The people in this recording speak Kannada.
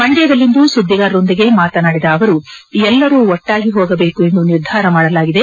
ಮಂಡ್ಯದಲ್ಲಿಂದು ಸುದ್ದಿಗಾರರೊಂದಿಗೆ ಮಾತನಾಡಿದ ಅವರು ಎಲ್ಲರೂ ಒಟ್ಟಾಗಿ ಹೋಗಬೇಕು ಎಂದು ನಿರ್ಧಾರ ಮಾಡಲಾಗಿದೆ